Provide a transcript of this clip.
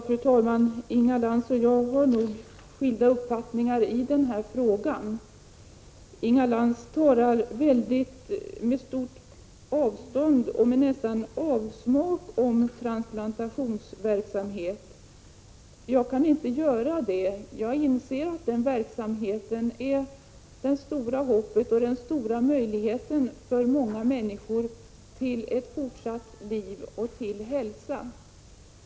Fru talman! Inga Lantz och jag har nog skilda uppfattningar i den här frågan. Inga Lantz talar med stort avstånd och nästan avsmak om transplantationsverksamhet. Jag kan inte göra det. Jag inser att den verksamheten är det stora hoppet och den stora möjligheten för många människor till ett fortsatt liv och till hälsa.